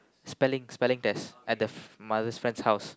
spelling spelling test at the mother's friend's house